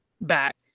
back